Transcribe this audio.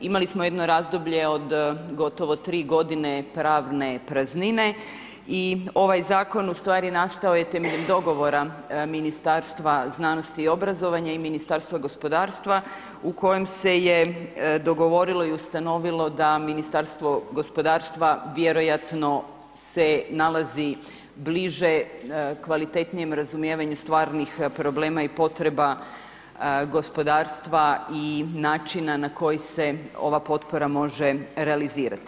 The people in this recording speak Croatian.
Imali smo jedno razdoblje od gotovo 3 godine pravne praznine i ovaj zakon ustvari nastao je temeljem dogovora Ministarstva znanosti i obrazovanja i Ministarstva gospodarstva u kojem se je dogovorilo i ustanovilo da Ministarstvo gospodarstva vjerojatno se nalazi bliže kvalitetnijem razumijevanju stvarnih problema i potreba gospodarstva i načina na koji se ova potpora može realizirati.